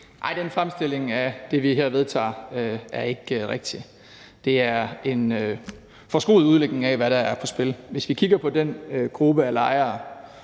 Nej, den fremstilling af det, vi her vedtager, er ikke rigtig. Det er en forskruet udlægning af, hvad der er på spil. Hvis vi kigger på den gruppe af lejere,